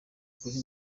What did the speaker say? kuri